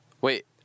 Wait